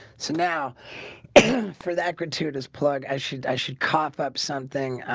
so now for that gratuitous plug. i should i should cough up something